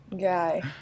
Guy